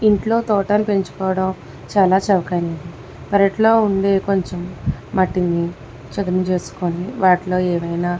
ఇంట్లో తోటలు పెంచుకోవడం చాలా చౌక అయినది పెరటలో ఉండే కొంచెం మట్టిని చదును చేసుకుని వాటిలో ఏమైనా